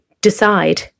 decide